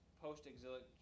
post-exilic